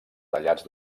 tallats